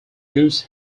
gus